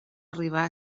arribar